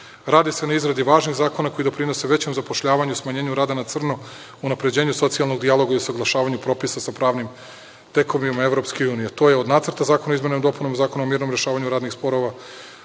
se na izradi važnih zakona koji doprinose većem zapošljavanju, smanjenju rada na crno, unapređenju socijalnog dijaloga i usaglašavanju propisa sa pravnim tekovinama EU. To je od Nacrta zakona o izmenama i dopunama Zakona o mirnom rešavanju radnih sporova,